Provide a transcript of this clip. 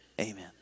Amen